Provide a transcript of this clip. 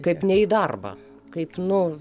kaip nei į darbą kaip nu